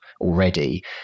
already